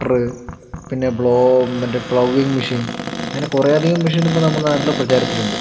cutter പിന്നെ blow മറ്റേ ploughing machine അങ്ങനെ കുറെയധികം മെഷീൻ ഇപ്പോൾ നമ്മുടെ നാട്ടില് പ്രചാരത്തിലുണ്ട്